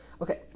Okay